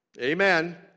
Amen